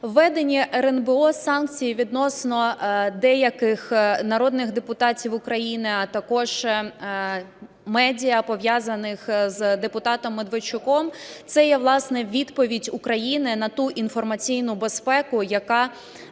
Введення РНБО санкцій відносно деяких народних депутатів України, а також медіа, пов'язаних з депутатом Медведчуком, – це є власне відповідь України на ту інформаційну безпеку, яка